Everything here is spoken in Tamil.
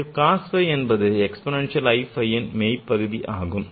இதில் cos phi என்பது exponential i phiன் மெய் பகுதியாகும்